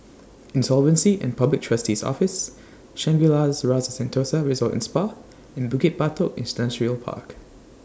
Insolvency and Public Trustee's Office Shangri La's Rasa Sentosa Resort and Spa and Bukit Batok Industrial Park